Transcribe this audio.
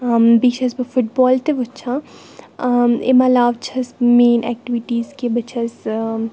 بیٚیہِ چھَس بہٕ فُٹبال تہِ وُچھان ٲں امہِ علاوٕ چھَس مینۍ ایٚکٹِوِٹیٖز کہِ بہٕ چھَس ٲں